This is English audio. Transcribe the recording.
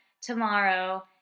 tomorrow